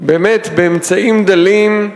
באמת, באמצעים דלים,